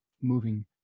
moving